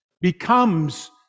becomes